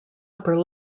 upper